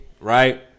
right